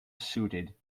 suited